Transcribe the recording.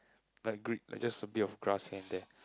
like green like just a bit of grass here and there